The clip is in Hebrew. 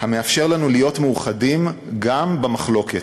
המאפשר לנו להיות מאוחדים גם במחלוקת.